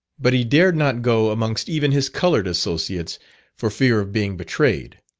but he dared not go amongst even his coloured associates for fear of being betrayed.